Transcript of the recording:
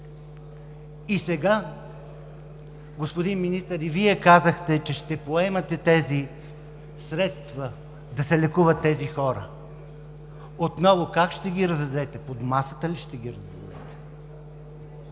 И сега, господин Министър, и Вие казахте, че ще поемете тези средства да се лекуват тези хора. Отново: как ще ги раздадете, под масата ли ще ги раздадете?